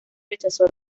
rechazó